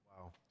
Wow